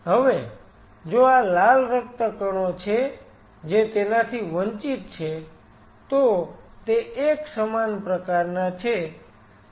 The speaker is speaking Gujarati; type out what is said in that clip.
હવે જો આ લાલ રક્તકણો છે જે તેનાથી વંચિત છે તો તે એક સમાન પ્રકારના છે